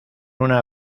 una